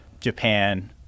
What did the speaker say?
Japan